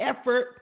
effort